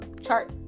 chart